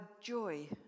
joy